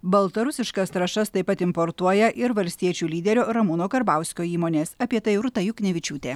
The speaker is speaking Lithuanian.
baltarusiškas trąšas taip pat importuoja ir valstiečių lyderio ramūno karbauskio įmonės apie tai rūta juknevičiūtė